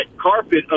carpet